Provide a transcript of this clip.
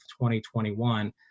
2021